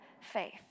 faith